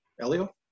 Elio